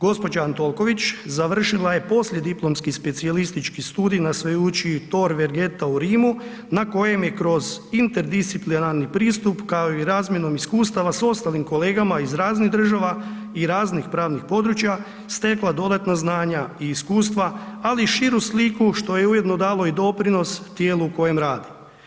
Gđa. Antolković završila je poslijediplomski specijalistički studij na Sveučilištu Tore Vergata u Rimu na kojem je kroz interdisciplinarni pristup kao i razmjenom iskustava sa ostalim kolegama iz raznih država i raznih pravnih područja, stekla dodatna znanja i iskustva ali i širu sliku što je ujedno dalo i doprinos tijelu u kojem rade.